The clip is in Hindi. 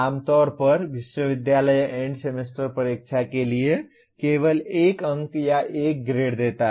आमतौर पर विश्वविद्यालय एंड सेमेस्टर परीक्षा के लिए केवल एक अंक या एक ग्रेड देता है